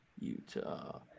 Utah